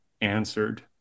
answered